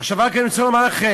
עכשיו אני רק רוצה לומר לכם,